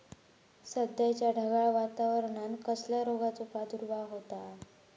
सध्याच्या ढगाळ वातावरणान कसल्या रोगाचो प्रादुर्भाव होता?